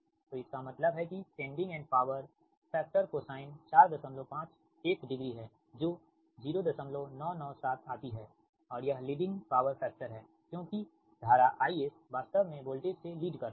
तो इसका मतलब है कि sending end power factor cosine 451 degree है जो 0997 आती है और यह लीडिंग पावर फैक्टर है क्योंकि धारा IS वास्तव में वोल्टेज से लीड कर रहा है